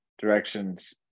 directions